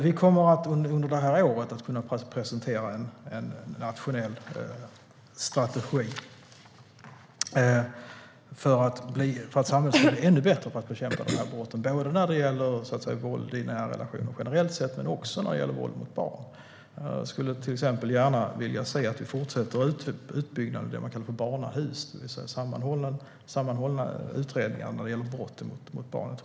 Vi kommer att under det här året kunna presentera en nationell strategi för att samhället ska bli ännu bättre på att bekämpa de här brotten, både när det gäller våld i nära relationer generellt sett och när det gäller våld mot barn. Jag skulle till exempel gärna se att vi fortsätter utbyggnaden av det man kallar för barnahus, det vill säga platser för sammanhållna utredningar när det gäller brott mot barn.